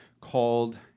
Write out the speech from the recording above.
called